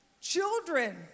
Children